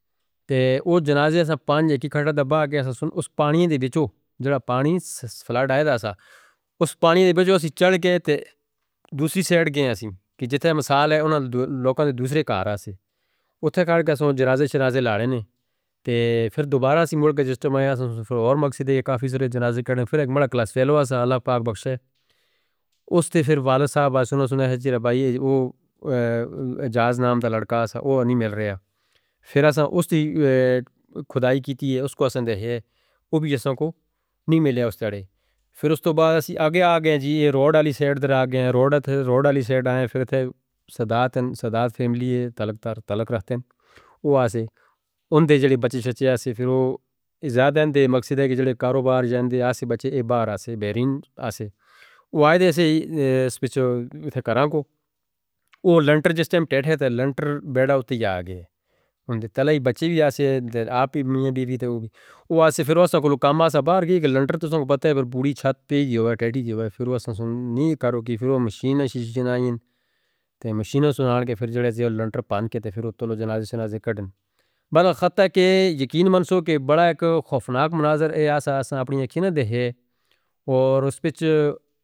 تے وہ جنازے ساں پانجے کی کھٹہ دبا آگے اس پانی دی وچوں، جڑا پانی فلڈ آیا تھا سا، اس پانی دی وچوں آسی چڑھ کے تے دوسری سیڈ گئے آسی، جتھے مثال ہے انہاں لوکاں دے دوسرے کارہ سے، اتھے کھڑ کے اساں جنازے شرازے لارہے نے۔ پھر دوبارہ اسی موڑ کے جس ٹیم آیا ساں، پھر اور مقصد ہے کہ کافی سارے جنازے کرنے، پھر ایک مرہ کلاس فیلوہ سا، اللہ پاک بخشے، اس تے پھر والد صاحب ایسے نے سنائے، ہاں جی ربائی، وہ اجازت نام تا لڑکا سا، وہ انہی مل رہا، پھر اساں اس دی کھدائی کیتی ہے، اس کو اساں دے ہے، وہ بھی جسوں کو نہیں ملے اس تڑے۔ پھر اس تو بعد اسی آگے آگئے ہیں جی، یہ روڈ والی سیڈ در آگئے ہیں، روڈ اتھے روڈ والی سیڈ آئے ہیں، پھر تے صادات فیملی ہے، تعلق رکھتے ہیں، وہ آسے، ان دے جڑے بچے شچے ہیں، پھر وہ عزادن دے مقصد ہے کہ جڑے کاروبار جاندے ہیں، آسے بچے ایہ بار آسے، بیرین آسے، وہ آئے دے سے سپیچوں اتھے کران کو، وہ لنٹر جس ٹائم ٹیتھے تھے، لنٹر بیٹا اتھے جا آگئے ہیں، ان دے تلے بچے بھی آسے، آپ بھی میہ بیوی تھے، وہ آسے پھر اوسہ کو کام آیا۔ سابار گئی کہ لنٹر تسوں کو پتا ہے، پھر بڑی چھت پی جیوے، ٹیڈی جیوے، پھر اوسہ سن نہیں کرو کی، پھر وہ مشین ہیں شیش جانا ہیں، پھر مشیناں سنال کے پھر جڑے سے لنٹر پانکے، پھر اتھوں جنازے شناظے کٹیں۔ بندہ خطہ کہ یقین منسو کہ بڑا ایک خوفناک مناظر ہے آسہ، آسہ اپنی آنکھیں نے دے ہیں اور اس پچ۔